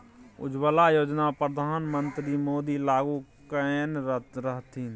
उज्जवला योजना परधान मन्त्री मोदी लागू कएने रहथिन